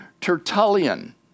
Tertullian